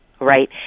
right